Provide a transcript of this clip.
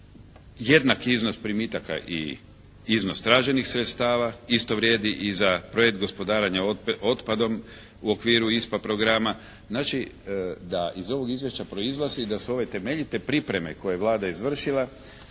jednak iznos primitaka i iznos traženih sredstava. Isto vrijedi i za projekt gospodarenja otpadom u okviru ISPA programa. Znači da iz ovog izvješća proizlazi da su ove temeljite pripreme koje je Vlada izvršila